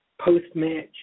Post-match